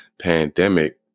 pandemic